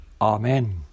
Amen